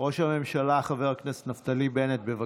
ראש הממשלה חבר הכנסת נפתלי בנט, בבקשה.